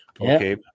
Okay